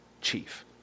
chief